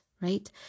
Right